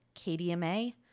KDMA